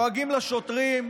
דואגים לשוטרים,